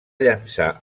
llançar